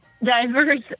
Diverse